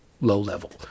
low-level